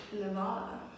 Nevada